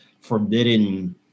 forbidden